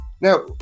Now